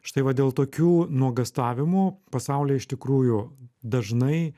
štai va dėl tokių nuogąstavimų pasaulyje iš tikrųjų dažnai